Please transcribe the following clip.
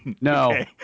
No